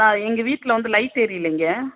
ஆ எங்கள் வீட்டில் வந்து லைட் எரியலேங்க